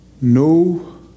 no